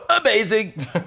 amazing